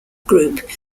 group